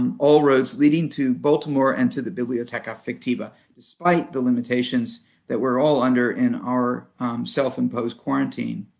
um all roads leading to baltimore and to the bibliotheca fictiva, despite the limitations that we're all under in our self-imposed quarantine.